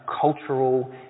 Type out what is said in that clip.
cultural